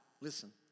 Listen